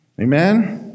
Amen